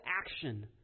action